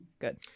good